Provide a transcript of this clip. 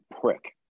prick